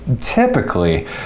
typically